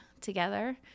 together